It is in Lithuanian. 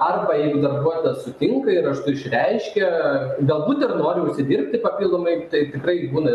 arba jeigu darbuotojas sutinka ir raštu išreiškia galbūt ir nori užsidirbti papildomai tai tikrai būna